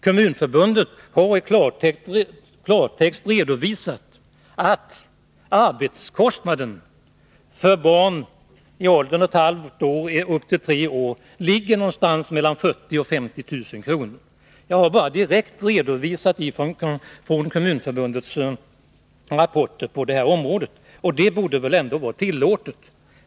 Kommunförbundet har i klartext redovisat att arbetskostnaden för barn i åldrarna ett halvt till tre år ligger någonstans mellan 40 000 och 50 000 kr. Jag har bara direkt redovisat detta från Kommunförbundets rapport på det här området, och det borde väl vara tillåtet.